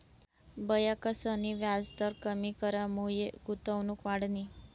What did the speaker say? ब्यांकसनी व्याजदर कमी करामुये गुंतवणूक वाढनी